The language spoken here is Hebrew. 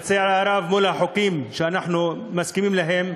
לצערי הרב, מול החוקים שאנחנו מסכימים להם,